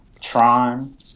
Tron